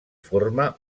forma